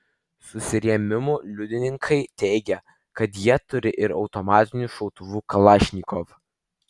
susirėmimų liudininkai teigia kad jie turi ir automatinių šautuvų kalašnikov